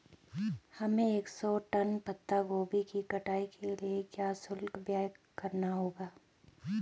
हमें एक सौ टन पत्ता गोभी की कटाई के लिए क्या शुल्क व्यय करना होगा?